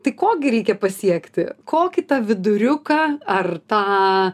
tai ko gi reikia pasiekti kokį tą viduriuką ar tą